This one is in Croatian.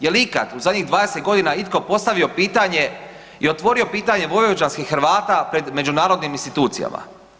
Jel ikad u zadnjih 20 g. itko postavio pitanje i otvorio pitanje vojvođanskih Hrvata pred međunarodnim institucijama?